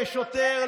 כשוטר,